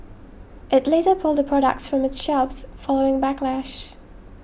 it later pulled the products from its shelves following backlash